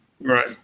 Right